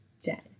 dead